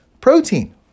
protein